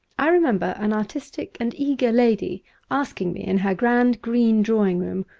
i remember an artistic and eager lady asking me, in her grand green drawing-room,